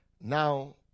Now